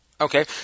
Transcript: okay